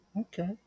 okay